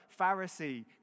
Pharisee